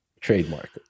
trademark